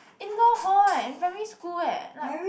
indoor hall eh in primary school eh like